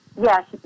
Yes